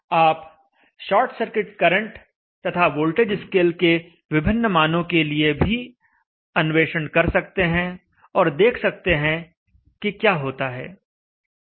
आप short circuit current तथा voltage scale के विभिन्न मानों के लिए भी अन्वेषण कर सकते हैं और देख सकते हैं कि क्या होता है